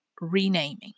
renaming